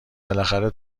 بالاخره